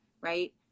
right